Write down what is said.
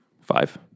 Five